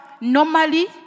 normally